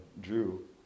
drew